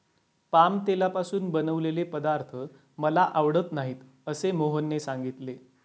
palm तेलापासून बनवलेले पदार्थ मला आवडत नाहीत असे मोहनने सांगितले